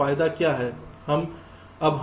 तो फायदा क्या है